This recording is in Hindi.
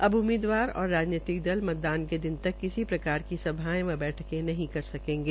अब उम्मीदवार और राजनैतिक मतदान के दिन तक किसी प्रकार सभायें व बैठके नहीं कर सकेंगे